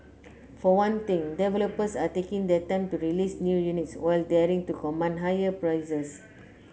for one thing developers are taking their time to release new units while daring to command higher prices